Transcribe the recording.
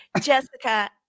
Jessica